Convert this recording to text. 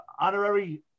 honorary